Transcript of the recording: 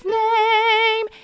name